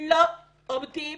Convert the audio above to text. לא עובדים